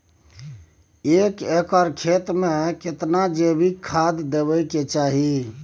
एक एकर खेत मे केतना जैविक खाद देबै के चाही?